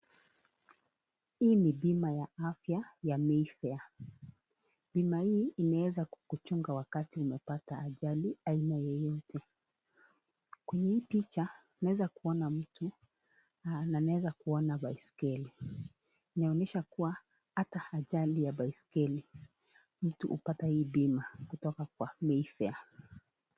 Hii ni bima ya afya ya Mayfair, Bima hii inaweza kukuchunga wakati umepata ajali aina yeyote. Kwenye hii picha, unaweza kuona mtu na naweza kuona baiskeli. Inaonesha kuwa ata ajali ya baiskeli mtu hupata hii bima kutoka kwa Mayfair.